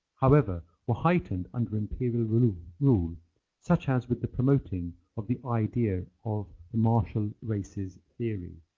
however were heightened under imperial rule rule such as with the promoting of the idea of the martial races theory,